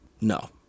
no